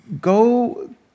go